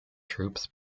troops